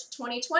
2020